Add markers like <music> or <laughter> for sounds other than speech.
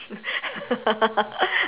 <laughs>